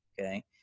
okay